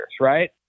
right